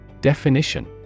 Definition